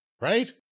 Right